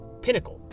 pinnacle